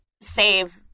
save